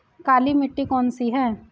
काली मिट्टी कौन सी है?